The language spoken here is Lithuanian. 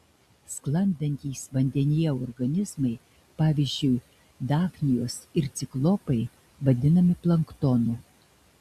sklandantys vandenyje organizmai pavyzdžiui dafnijos ir ciklopai vadinami planktonu